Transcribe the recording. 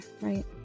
right